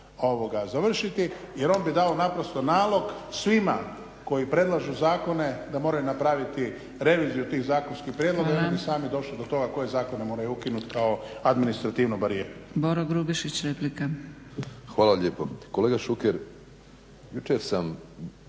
trebao završiti jer on bi dao naprosto nalog svima koji predlažu zakone da moraju napraviti reviziju tih zakonskih prijedloga i oni bi sami došli do toga koje zakone moraju ukinuti kao administrativnu barijeru.